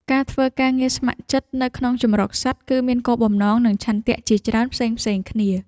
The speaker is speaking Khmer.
ការធ្វើការងារស្ម័គ្រចិត្តនៅក្នុងជម្រកសត្វ គឺមានគោលបំណង និងឆន្ទៈជាច្រើនផ្សេងៗគ្នា។